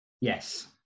Yes